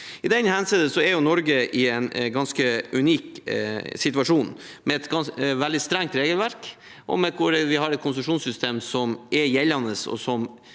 I dette henseende er Norge i en ganske unik situasjon med et veldig strengt regelverk. Vi har et konse sjonssystem som er gjeldende, og som